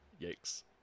Yikes